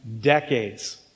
decades